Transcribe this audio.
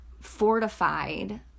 fortified